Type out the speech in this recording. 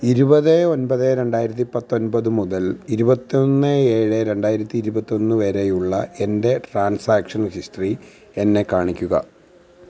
ഇരുപത് ഒൻപത് രണ്ടായിരത്തി പത്തൊമ്പത് മുതൽ ഇരുപത്തി ഒന്ന് ഏഴ് രണ്ടായിരത്തി ഇരുപത്തി ഒന്ന് വരെയുള്ള എൻ്റെ ട്രാൻസാക്ഷൻ ഹിസ്റ്ററി എന്നെ കാണിക്കുക